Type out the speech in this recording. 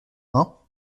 hein